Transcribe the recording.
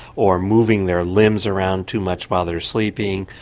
or moving their limbs around too much while they're sleeping,